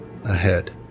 Ahead